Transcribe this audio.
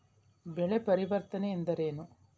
ಬೆಳೆ ಪರಿವರ್ತನೆ ಎಂದರೇನು?